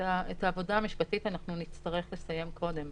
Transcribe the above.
את העבודה המשפטית אנחנו נצטרך לסיים קודם,